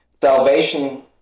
salvation